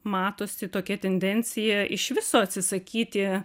matosi tokia tendencija iš viso atsisakyti